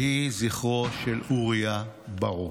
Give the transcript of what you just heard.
יהי זכרו של אוריה ברוך.